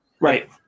right